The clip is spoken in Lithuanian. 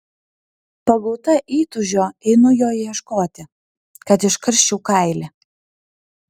pagauta įtūžio einu jo ieškoti kad iškarščiau kailį